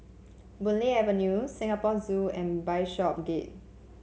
Boon Lay Avenue Singapore Zoo and Bishopsgate